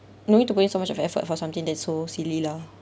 no need to waste so much of effort for something that's so silly lah